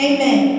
Amen